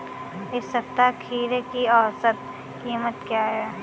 इस सप्ताह खीरे की औसत कीमत क्या है?